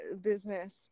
business